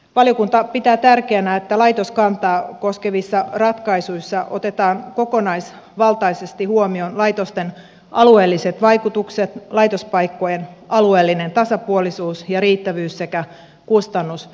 valiokunta pitää tärkeänä että laitoskantaa koskevissa ratkaisuissa otetaan kokonaisvaltaisesti huomioon laitosten alueelliset vaikutukset laitospaikkojen alueellinen tasapuolisuus ja riittävyys sekä kustannusvaikutukset